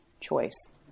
choice